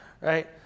right